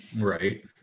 Right